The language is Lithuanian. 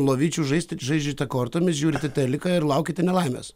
lovyčių žaisti žaidžiate kortomis žiūrite teliką ir laukiate nelaimės